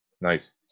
Nice